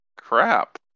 crap